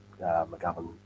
McGovern